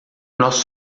nós